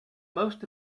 most